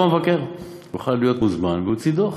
גם המבקר חייב להיות מוזמן והוא יוציא דוח.